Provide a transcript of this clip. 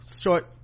short